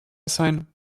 sein